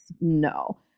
No